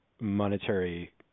monetary